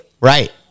Right